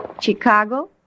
Chicago